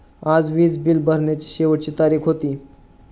आज वीज बिल भरण्याची शेवटची तारीख होती